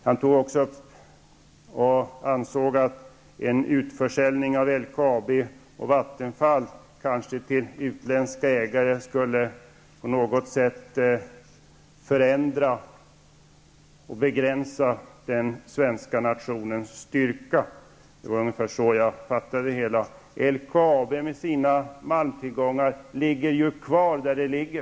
Vidare ansåg Bo Finnkvist att en utförsäljning av LKAB och Vattenfall, kanske till utländska ägare, i viss mån skulle förändra och begränsa den svenska nationens styrka. Ungefär så uppfattade jag det hela. Men LKAB, med sina malmtillgångar, ligger ju kvar som tidigare.